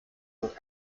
dort